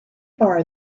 are